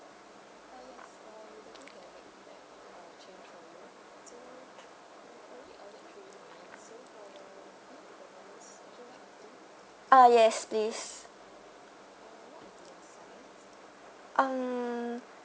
uh yes please um